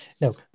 No